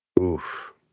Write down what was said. Oof